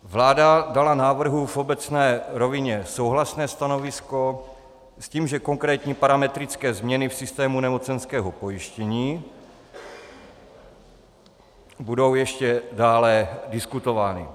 Vláda dala návrhu v obecné rovině souhlasné stanovisko s tím, že konkrétní parametrické změny v systému nemocenského pojištění budou ještě dále diskutovány.